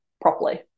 properly